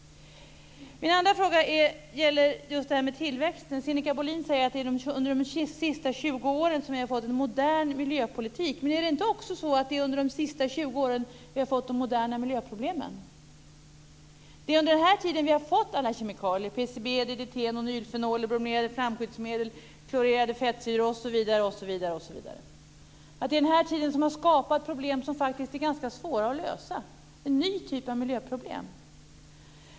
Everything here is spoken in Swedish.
Min andra fråga gäller tillväxten. Sinikka Bohlin säger att det är under de senaste 20 åren som vi har fått en modern miljöpolitik. Men är det inte också under de senaste 20 åren som vi har fått de moderna miljöproblemen? Det är under den här tiden som vi har fått alla kemikalierna PCB, DDT, Nonylfenol, bromerade flamskyddsmedel, klorerade fettsyror, osv. Det är under den här tiden som problem har skapats som faktiskt är ganska svåra att lösa. Det är en ny typ av miljöproblem.